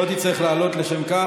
לא תצטרך לעלות לשם כך.